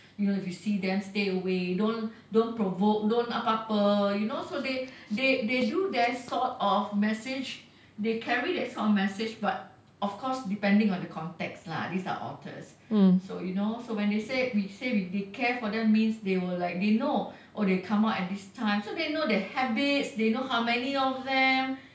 you know if you see them stay away don't don't provoke don't apa apa you know so they do that sort of message they carry that sort of message but of course depending on the context lah these are otters so you know so when they say we say they care for them means they will like they know oh they come out at this time so they know their habits they know how many of them